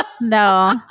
No